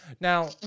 now